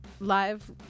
Live